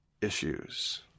issues